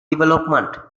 development